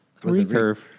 recurve